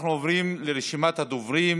אנחנו עוברים לרשימת הדוברים